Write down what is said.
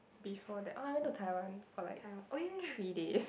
before that oh I went to Taiwan for like three days